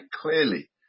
clearly